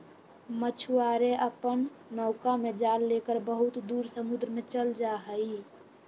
मछुआरे अपन नौका में जाल लेकर बहुत दूर समुद्र में चल जाहई